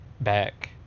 back